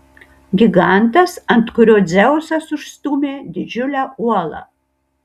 gigantas ant kurio dzeusas užstūmė didžiulę uolą